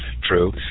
true